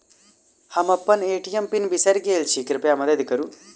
हम अप्पन ATM pin बिसरि गेल छी कृपया मददि करू